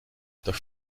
doch